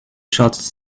shots